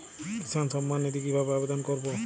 কিষান সম্মাননিধি কিভাবে আবেদন করব?